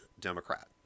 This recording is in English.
Democrat